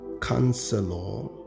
Counselor